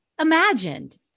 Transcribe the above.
imagined